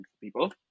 people